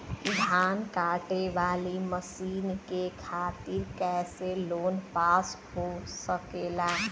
धान कांटेवाली मशीन के खातीर कैसे लोन पास हो सकेला?